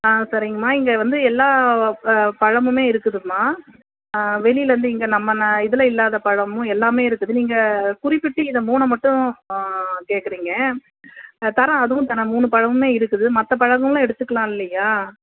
ஆ சரிங்கம்மா இங்கே வந்து எல்லா பழமுமே இருக்குதும்மா வெளியிலேருந்து இங்கே நம்ம ந இதில் இல்லாத பழமும் எல்லாமே இருக்குது நீங்கள் குறிப்பிட்டு இதை மூணு மட்டும் கேட்குறீங்க தரேன் அதுவும் தரேன் மூணு பழமுமே இருக்குது மற்ற பழங்களும் எடுத்துக்கலாம் இல்லையா